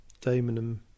Damon